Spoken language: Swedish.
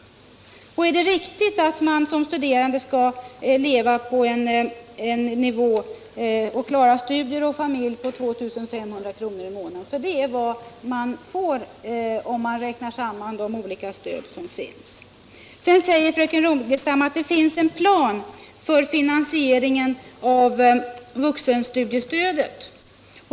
Är det riktigt att man som studerande skall leva på en sådan nivå att man klarar studier och familj på 2 500 kr. i månaden? Det är vad man får, om man räknar samman de olika stöd som finns. Sedan säger fröken Rogestam att det finns en plan för finansieringen av vuxenstudiestödet.